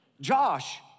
Josh